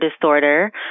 disorder